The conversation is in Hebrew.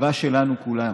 התקווה שלנו כולנו,